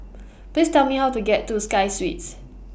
Please Tell Me How to get to Sky Suites